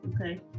okay